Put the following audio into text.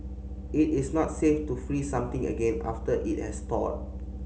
it is not safe to freeze something again after it has thawed